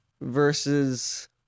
versus